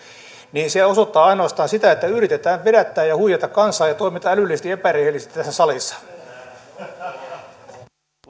niin se osoittaa ainoastaan sitä että yritetään vedättää ja huijata kansaa ja toimitaan älyllisesti epärehellisesti tässä salissa